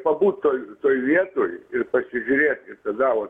pabūt toj toj vietoj ir pasižiūrėt ir tada ot